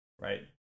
Right